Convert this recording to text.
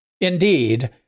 Indeed